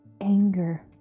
anger